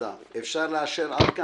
אפשר לאשר עד כאן?